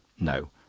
no,